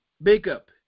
makeup